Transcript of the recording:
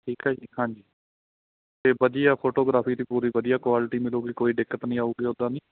ਠੀਕ ਆ ਜੀ ਹਾਂਜੀ ਅਤੇ ਵਧੀਆ ਫੋਟੋਗ੍ਰਾਫੀ ਦੀ ਪੂਰੀ ਵਧੀਆ ਕੁਆਲਿਟੀ ਮਿਲੇਗੀ ਕੋਈ ਦਿੱਕਤ ਨਹੀਂ ਆਏਗੀ ਓਦਾਂ ਦੀ